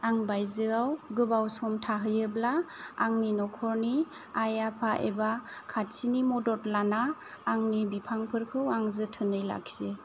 आं बायजोआव गोबाव सम थाहैयोब्ला आंनि न'खरनि आइ आफा एबा न' खाथिनि मदद लाना आंनि बिफांफोरखौ आं जोथोनै लाखियो